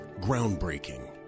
Groundbreaking